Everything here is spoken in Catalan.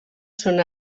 són